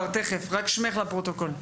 שמך לפרוטוקול.